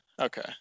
Okay